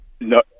No